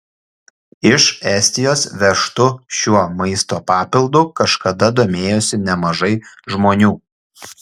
iš estijos vežtu šiuo maisto papildu kažkada domėjosi nemažai žmonių